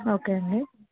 okay అండి